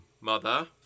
mother